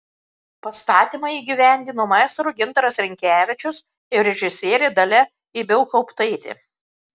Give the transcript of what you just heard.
pastatymą įgyvendino maestro gintaras rinkevičius ir režisierė dalia ibelhauptaitė